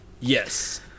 yes